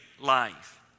life